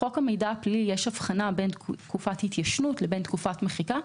בחוק המידע הפלילי יש הבחנה בין תקופת התיישנות לבין תקופת מחיקה.